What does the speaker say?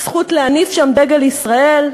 הזכות להניף שם דגל ישראל,